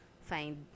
find